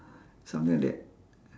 something like that